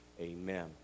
amen